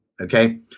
okay